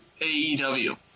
AEW